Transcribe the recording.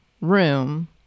room